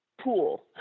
pool